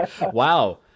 Wow